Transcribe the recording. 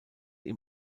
ihm